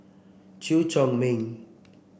Chew Chor Meng